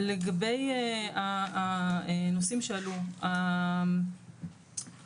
לגבי הנושאים שעלו בעניין